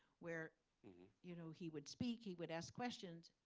where you know he would speak, he would ask questions.